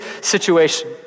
situation